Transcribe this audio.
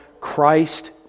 Christ